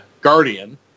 Guardian